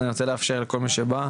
אז אני רוצה לאפשר לכל מי שבא,